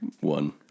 One